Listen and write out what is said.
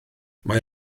mae